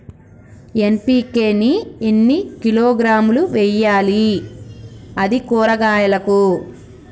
NPK ని ఎన్ని కిలోగ్రాములు వెయ్యాలి? అది కూరగాయలకు?